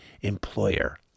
employer